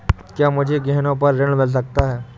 क्या मुझे गहनों पर ऋण मिल सकता है?